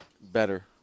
better